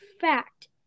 fact